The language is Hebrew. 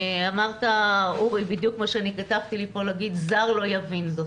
אורי אמר בדיוק את מה שאני כתבתי לי פה להגיד: זר לא יבין זאת.